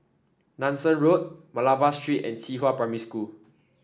Nanson Road Malabar Street and Qihua Primary School